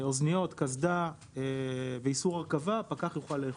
אוזניות, קסדה ואיסור הרכבה פקח יוכל לאכוף.